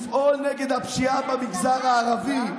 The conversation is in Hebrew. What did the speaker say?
לפעול נגד הפשיעה במגזר הערבי.